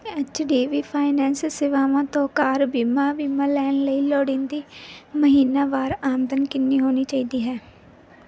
H D B finance ਸੇਵਾਵਾਂ ਤੋਂ car ਬੀਮਾ ਬੀਮਾ ਲੈਣ ਲਈ ਲੋੜੀਂਦੀ ਮਹੀਨਾਵਾਰ ਆਮਦਨ ਕਿੰਨੀ ਹੋਣੀ ਚਾਹੀਦੀ ਹੈ